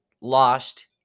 lost